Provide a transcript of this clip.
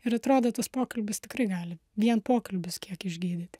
ir atrodo tas pokalbis tikrai gali vien pokalbis kiek išgydyt